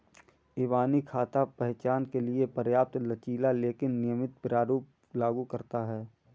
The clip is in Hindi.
इबानी खाता पहचान के लिए पर्याप्त लचीला लेकिन नियमित प्रारूप लागू करता है